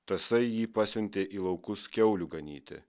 tasai jį pasiuntė į laukus kiaulių ganyti